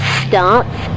starts